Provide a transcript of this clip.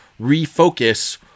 refocus